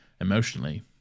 emotionally